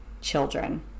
children